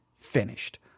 finished